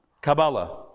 Kabbalah